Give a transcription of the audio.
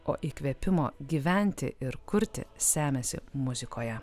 o įkvėpimo gyventi ir kurti semiasi muzikoje